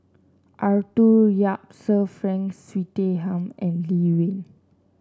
Arthur Yap Sir Frank Swettenham and Lee Wen